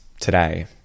today